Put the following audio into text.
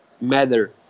matter